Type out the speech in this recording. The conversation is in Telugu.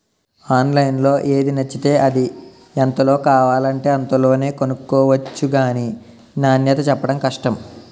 ఆన్లైన్లో ఏది నచ్చితే అది, ఎంతలో కావాలంటే అంతలోనే కొనుక్కొవచ్చు గానీ నాణ్యతే చెప్పడం కష్టం